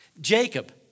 Jacob